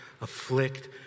afflict